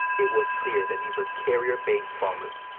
it was clear that these were carrier-based bombers.